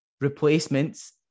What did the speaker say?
replacements